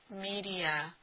media